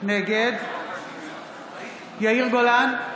נגד יאיר גולן,